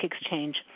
Exchange